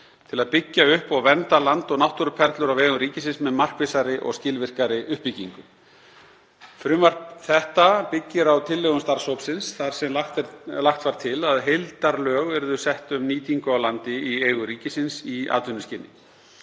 til að byggja upp og vernda land og náttúruperlur á vegum ríkisins með markvissari og skilvirkari uppbyggingu. Frumvarp þetta byggir á tillögum starfshópsins þar sem lagt var til að heildarlög yrðu sett um nýtingu á landi í eigu ríkisins í atvinnuskyni.